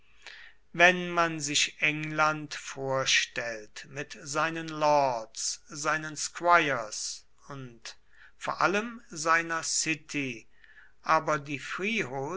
wenn man sich england vorstellt mit seinen lords seinen squires und vor allem seiner city aber die